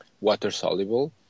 water-soluble